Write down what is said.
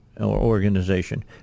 organization